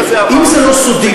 אם זה לא סודי,